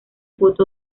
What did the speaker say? foto